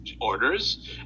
orders